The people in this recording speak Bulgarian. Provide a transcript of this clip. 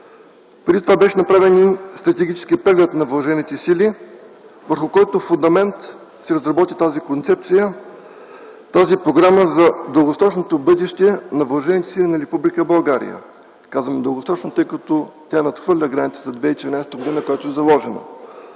отбраната, беше направен стратегически преглед на въоръжените сили, върху който фундамент се разработи тази концепция, тази програма за дългосрочното бъдеще на въоръжените сили на Република България. Казвам дългосрочно, защото тя надхвърля границите на 2013 г., която е заложена.